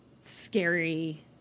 scary